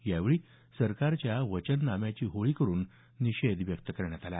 यावेळी सरकारच्या वचननाम्याची होळी करुन आपला निषेध व्यक्त करण्यात आला